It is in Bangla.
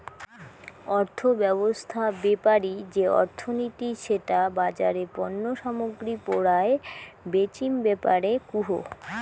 অর্থব্যবছস্থা বেপারি যে অর্থনীতি সেটা বাজারে পণ্য সামগ্রী পরায় বেচিম ব্যাপারে কুহ